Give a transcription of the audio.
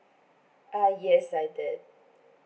ah yes I did